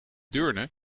deurne